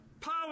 power